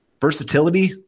Versatility